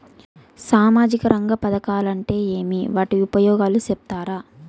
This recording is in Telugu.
సామాజిక రంగ పథకాలు అంటే ఏమి? వాటి ఉపయోగాలు సెప్తారా?